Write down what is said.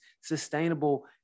sustainable